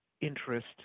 interest